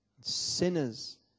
sinners